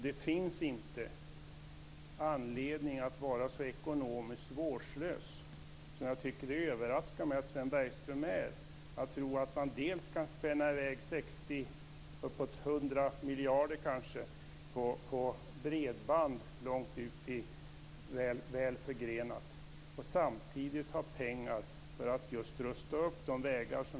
Det finns inte anledning att vara så ekonomiskt vårdslös - och det överraskar mig att Sven Bergström är det - att man tror att man kan satsa 60 eller kanske uppåt 100 miljarder på bredband långt ut och väl förgrenat, och samtidigt ha pengar för att just rusta upp vägar.